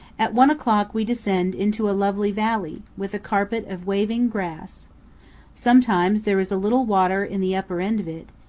at one o'clock we descend into a lovely valley, with a carpet of waving grass sometimes there is a little water in the upper end of it,